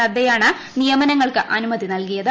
നദ്ദയാണ് നിയമനങ്ങൾക്ക് അനുമതി നൽകിയത്